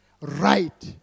right